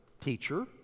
teacher